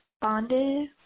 bonded